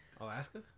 Alaska